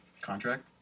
Contract